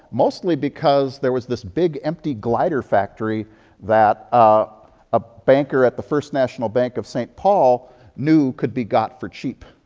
mostly because there was this big empty glider factory that a ah banker at the first national bank of st. paul new could be got for cheap,